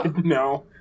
No